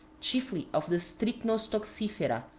chiefly of the strychnos toxifera,